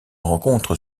rencontre